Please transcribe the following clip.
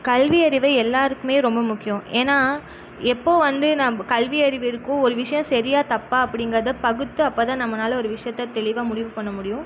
கல்வியறிவை எல்லாருக்குமே ரொம்ப முக்கியம் ஏன்னா எப்போ வந்து நாம் கல்வியறிவு இருக்கும் ஒரு விஷ்யம் சரியா தப்பா அப்படிங்கிறத பகுத்து அப்போ தான் நம்மனால் ஒரு விஷியத்தை தெளிவாக முடிவு பண்ண முடியும்